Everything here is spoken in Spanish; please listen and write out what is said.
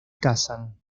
casan